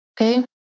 Okay